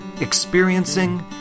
experiencing